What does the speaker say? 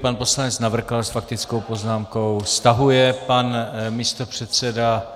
Pan poslanec Navrkal s faktickou poznámkou stahuje, pan místopředseda